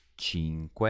cinque